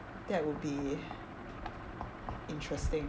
that will be interesting